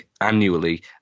annually